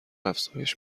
افزایش